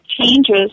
changes